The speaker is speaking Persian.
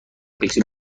فکری